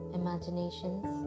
imaginations